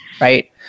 right